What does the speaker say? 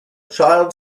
child